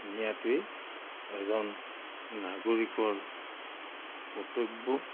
নিয়াটোৱেই এজন নাগৰিকৰ কৰ্তব্য